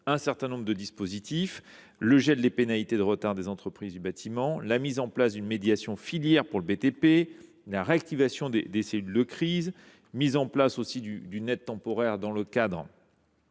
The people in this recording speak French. un certain nombre de dispositifs : le gel des pénalités de retard des entreprises du bâtiment, la mise en place d’une médiation de filière pour le BTP, la réactivation des cellules de crise ou encore une aide temporaire consistant